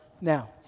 now